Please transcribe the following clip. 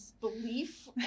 belief